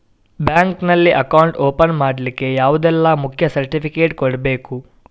Bank ನಲ್ಲಿ account open ಮಾಡ್ಲಿಕ್ಕೆ ಯಾವುದೆಲ್ಲ ಮುಖ್ಯ ಸರ್ಟಿಫಿಕೇಟ್ ಕೊಡ್ಬೇಕು?